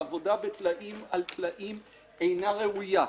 העבודה בטלאים על טלאים אינה ראויה.